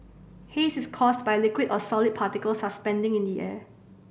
haze is caused by liquid or solid particles suspending in the air